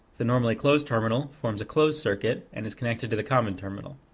the normally closed terminal forms a closed circuit, and is connected to the common terminal.